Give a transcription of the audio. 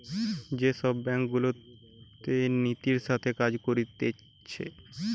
যে সব ব্যাঙ্ক গুলাতে নীতির সাথে কাজ করতিছে